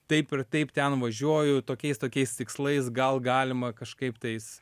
taip ir taip ten važiuoju tokiais tokiais tikslais gal galima kažkaip tais